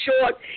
short